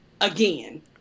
again